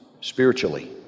spiritually